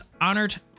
honored